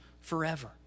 forever